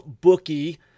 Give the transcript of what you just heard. bookie